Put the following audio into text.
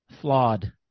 flawed